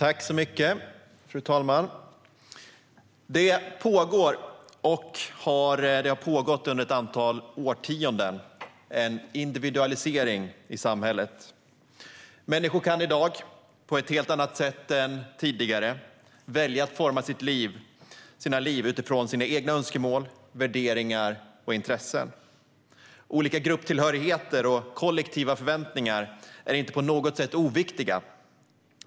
Fru talman! Det pågår och har pågått under ett antal årtionden en individualisering i samhället. Människor kan i dag på ett helt annat sätt än tidigare välja att forma sina liv utifrån sina egna önskemål, värderingar och intressen. Olika grupptillhörigheter och kollektiva förväntningar är inte på något sätt oviktiga.